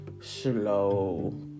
slow